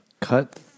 Cut